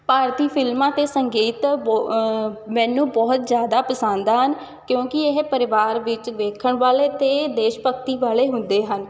ਭਾਰਤੀ ਫਿਲਮਾਂ ਅਤੇ ਸੰਗੀਤ ਬੁ ਮੈਨੂੰ ਬਹੁਤ ਜ਼ਿਆਦਾ ਪਸੰਦ ਹਨ ਕਿਉਂਕਿ ਇਹ ਪਰਿਵਾਰ ਵਿੱਚ ਵੇਖਣ ਵਾਲੇ ਅਤੇ ਦੇਸ਼ ਭਗਤੀ ਵਾਲੇ ਹੁੰਦੇ ਹਨ